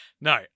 No